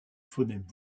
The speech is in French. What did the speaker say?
phonèmes